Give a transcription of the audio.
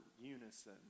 unison